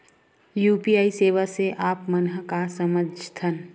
UPI सेवा से आप मन का समझ थान?